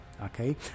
okay